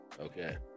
okay